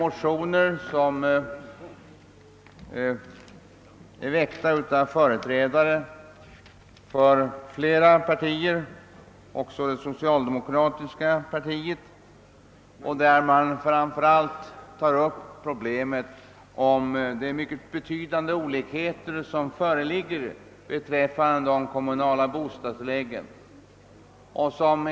Motionerna har väckts av företrädare för flera partier — också det socialdemokratiska partiet — och det problem som tas upp är framför allt de betydande olikheter som föreligger beträffande de kommunala bostadstilläggen.